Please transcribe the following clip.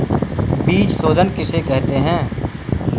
बीज शोधन किसे कहते हैं?